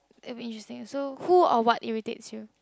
it'll be interesting so who or what irritates you